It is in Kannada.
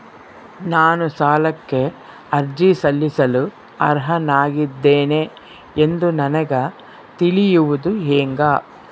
ನಾನು ಸಾಲಕ್ಕೆ ಅರ್ಜಿ ಸಲ್ಲಿಸಲು ಅರ್ಹನಾಗಿದ್ದೇನೆ ಎಂದು ನನಗ ತಿಳಿಯುವುದು ಹೆಂಗ?